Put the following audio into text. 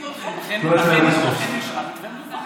לכן היא אישרה מתווה מיוחד.